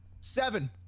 seven